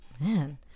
Man